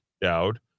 Dowd